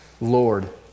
Lord